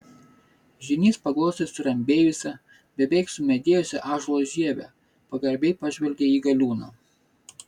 žynys paglostė surambėjusią beveik sumedėjusią ąžuolo žievę pagarbiai pažvelgė į galiūną